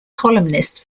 columnist